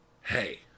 Hey